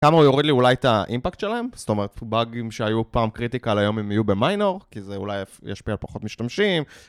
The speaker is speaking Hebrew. כמה הוא יוריד לי אולי את האימפקט שלהם, זאת אומרת באגים שהיו פעם קריטיקל היום הם יהיו במיינור כי זה אולי ישפיע על פחות משתמשים